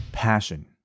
passion